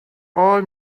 all